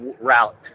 route